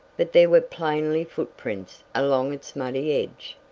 but there were plainly footprints along its muddy edge.